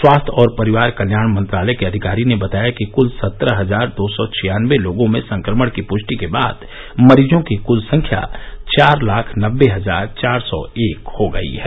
स्वास्थ्य और परिवार कल्याण मंत्रालय के अधिकारी ने बताया है कि कृल सत्रह हजार दो सौ छियान्नवे लोगों में संक्रमण की पृष्टि के बाद मरीजों की कृल संख्या चार लाख नबे हजार चार सौ एक हो गई है